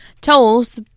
Tolls